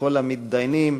לכל המתדיינים